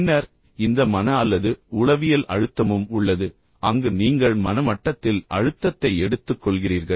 பின்னர் இந்த மன அல்லது உளவியல் அழுத்தமும் உள்ளது அங்கு நீங்கள் மன மட்டத்தில் அழுத்தத்தை எடுத்துக்கொள்கிறீர்கள்